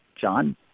John